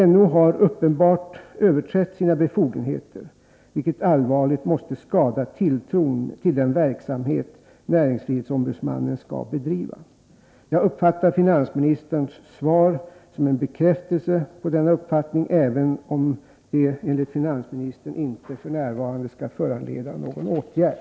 NO har uppenbarligen överträtt sina befogenheter, vilket allvarligt måste skada tilltron till den verksamhet som NO skall bedriva. Jag uppfattar finansministerns svar som en bekräftelse på detta, även om det enligt finansministern f. n. inte kommer att föranleda någon åtgärd.